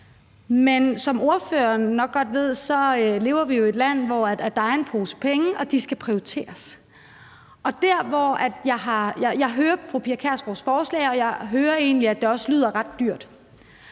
nok godt ved, lever vi jo i et land, hvor der er en pose penge, og de skal prioriteres. Jeg hører fru Pia Kjærsgaards forslag, og jeg hører egentlig, at det også lyder ret dyrt.